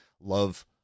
love